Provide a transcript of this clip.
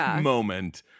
moment